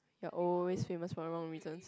their always famous for the wrong reasons